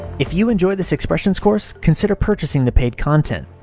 if you enjoy this expressions course, consider purchasing the paid content.